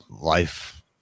life